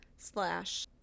Slash